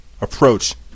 approach